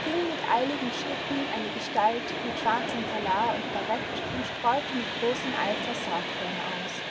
ging mit eiligen schritten eine gestalt mit schwarzem talar und barett und streute mit großem eifer saatkörner aus